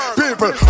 people